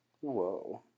whoa